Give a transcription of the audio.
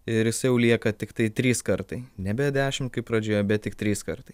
ir jisai jau lieka tiktai trys kartai nebe dešimt kaip pradžioje bet tik trys kartai